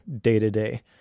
day-to-day